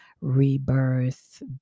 rebirth